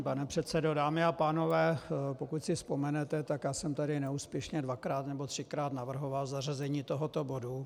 Pane předsedo, dámy a pánové, pokud si vzpomenete, tak já jsem tady neúspěšně dvakrát nebo třikrát navrhoval zařazení tohoto bodu.